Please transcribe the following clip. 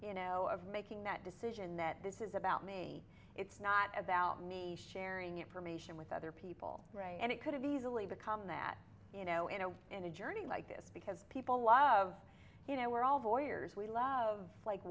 you know of making that decision that this is about me it's not about me sharing information with other people and it could have easily become that you know in a in a journey like this because people love you know we're all voyeurs we love like